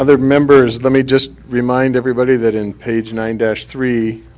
other members let me just remind everybody that in page nine dash three